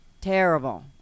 Terrible